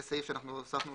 זה סעיף שאנחנו הוספנו